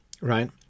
right